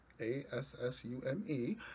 a-s-s-u-m-e